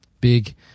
big